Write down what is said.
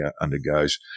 undergoes